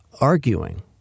arguing